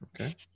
Okay